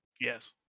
Yes